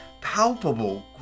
palpable